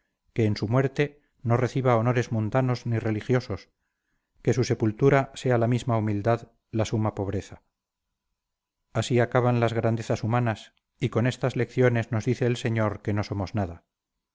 que en su muerte no reciba honores mundanos ni religiosos que su sepultura sea la misma humildad la suma pobreza así acaban las grandezas humanas y con estas lecciones nos dice el señor que no somos nada